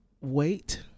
Wait